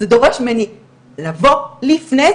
זה דורש ממני לבוא לפני,